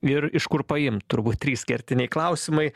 ir iš kur paimt turbūt trys kertiniai klausimai